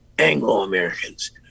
Anglo-Americans